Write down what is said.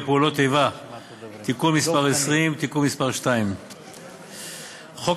פעולות איבה (תיקון מס' 30) (תיקון מס' 2). חוק